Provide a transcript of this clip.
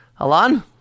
alan